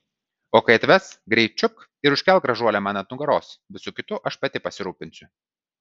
o kai atves greit čiupk ir užkelk gražuolę man ant nugaros visu kitu aš pati pasirūpinsiu